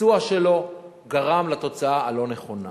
הביצוע שלו גרם לתוצאה הלא-נכונה.